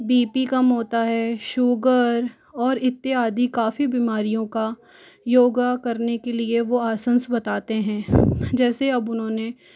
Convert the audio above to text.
B P कम होता है शुगर और इत्यादि काफ़ी बीमारियों का योगा करने के लिए वो आसंस बताते हैं जैसे अब उन्होंने